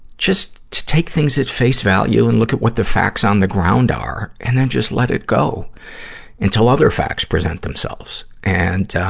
just to take things at face value and look at what the facts on the ground are, and then just let it go until other facts present themselves. and,